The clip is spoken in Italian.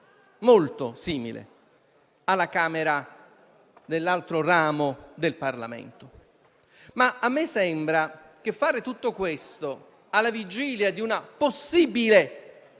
molto simile all'altro ramo del Parlamento. A me sembra però che fare tutto questo alla vigilia di una possibile,